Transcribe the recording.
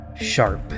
sharp